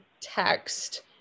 text